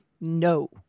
no